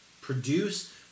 produce